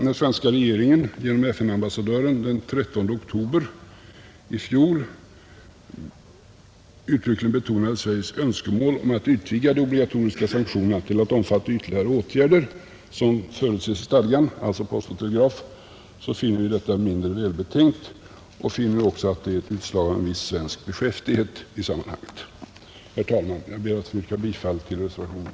När svenska regeringen genom sin FN-ambassadör den 13 oktober i fjol uttryckligen betonade Sveriges önskemål om att utvidga de obligatoriska sanktionerna till att omfatta ytterligare åtgärder som förutses i stadgan, alltså post och telegraf, finner vi detta mindre välbetänkt. Vi finner också att det är ett utslag av en viss svensk beskäftighet i sammanhanget. Herr talman! Jag ber att få yrka bifall till reservationen.